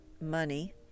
money